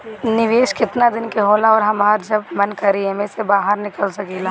निवेस केतना दिन के होला अउर हमार जब मन करि एमे से बहार निकल सकिला?